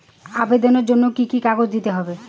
আবেদনের জন্য কি কি কাগজ নিতে হবে?